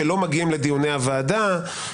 שלא מגיעים לדיוני הוועדה.